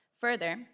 Further